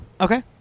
okay